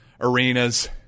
arenas